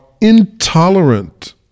intolerant